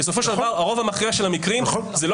ובסופו של דבר הרוב המכריע של המקרים זה לא